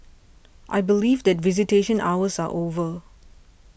I believe that visitation hours are over